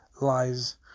Lies